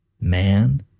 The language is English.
Man